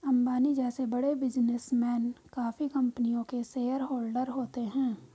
अंबानी जैसे बड़े बिजनेसमैन काफी कंपनियों के शेयरहोलडर होते हैं